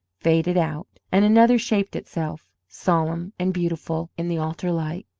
faded out, and another shaped itself, solemn and beautiful in the altar light.